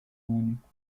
único